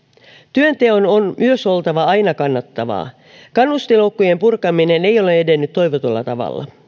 työnteon on myös oltava aina kannattavaa kannustinloukkujen purkaminen ei ole edennyt toivotulla tavalla